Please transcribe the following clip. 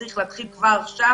אבל צריך להתחיל כבר עכשיו: